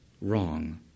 wrong